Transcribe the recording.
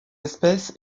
espèce